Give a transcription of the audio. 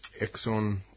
Exxon